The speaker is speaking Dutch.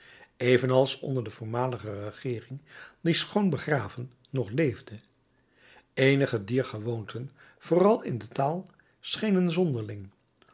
evenals onder de voormalige regeering die schoon begraven nog leefde eenige dier gewoonten vooral in de taal schenen zonderling